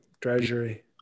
treasury